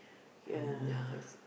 ya